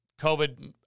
COVID